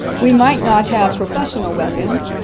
we might not have professional weapons.